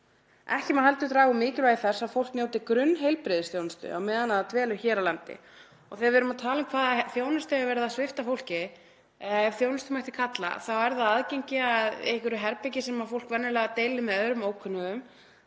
Ekki má heldur draga úr mikilvægi þess að fólk njóti grunnheilbrigðisþjónustu á meðan það dvelur hér á landi.“ Þegar við erum að tala um hvaða þjónustu er verið að svipta fólk, ef þjónustu mætti kalla, þá er það aðgengi að einhverju herbergi sem fólk venjulega deilir með öðrum ókunnugum.